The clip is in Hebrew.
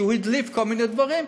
שהדליף כל מיני דברים,